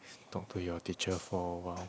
talk to your teacher for a while